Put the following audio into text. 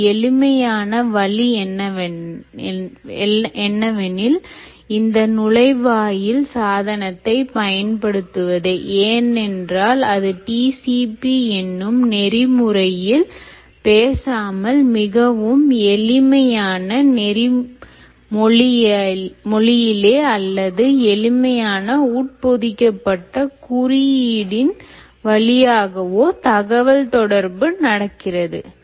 ஒரு எளிமையான வழி என்னவெனில் இந்த நுழைவாயில் சாதனத்தை பயன்படுத்துவதே ஏனென்றால் அது TCP என்னும் நெறிமுறையில் பேசாமல் மிகவும் எளிமையானநெறி மொழியிலோ அல்லது எளிமையான உட்பொதிக்கப்பட்ட குறியீடுன் வழியாகவோ தகவல் தொடர்பு நடக்கிறது